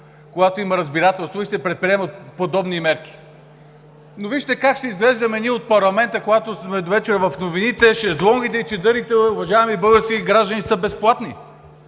когато има разбирателство и се предприемат подобни мерки. Но вижте как ще изглеждаме ние от парламента, когато довечера сме в новините – шезлонгите и чадърите, уважаеми български граждани, са безплатни!